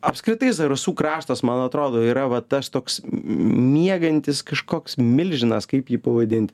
apskritai zarasų kraštas man atrodo yra va tas toks miegantis kažkoks milžinas kaip jį pavadint